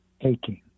aching